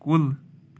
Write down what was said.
کُل